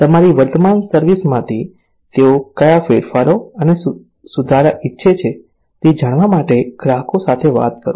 તમારી વર્તમાન સર્વિસ માંથી તેઓ કયા ફેરફારો અને સુધારા ઇચ્છે છે તે જાણવા માટે ગ્રાહકો સાથે વાત કરો